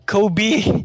Kobe